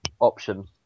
option